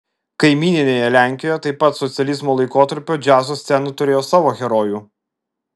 kaimyninėje lenkijoje taip pat socializmo laikotarpiu džiazo scena turėjo savo herojų